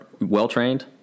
well-trained